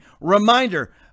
Reminder